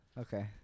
okay